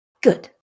good